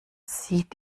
sieht